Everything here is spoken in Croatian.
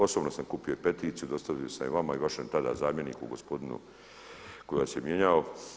Osobno sam kupio peticiju, dostavio sam je vama i vašem tada zamjeniku gospodinu koji vas je mijenjao.